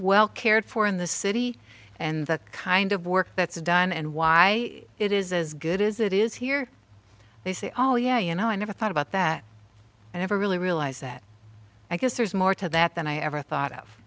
well cared for in the city and the kind of work that's done and why it is as good as it is here they say oh yeah you know i never thought about that i never really realized that i guess there's more to that than i ever thought of